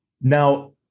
Now